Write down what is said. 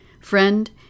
Friend